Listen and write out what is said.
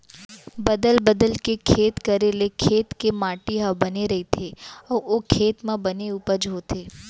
बदल बदल के खेत करे ले खेत के माटी ह बने रइथे अउ ओ खेत म बने उपज होथे